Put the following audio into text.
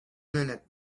minute